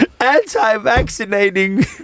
anti-vaccinating